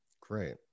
great